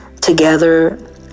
together